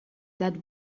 that